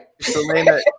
Selena